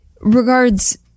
regards